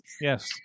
Yes